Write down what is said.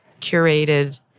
curated